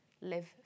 live